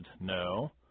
No